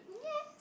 yes